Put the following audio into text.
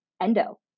endo